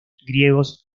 griegos